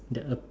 the ap~